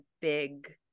big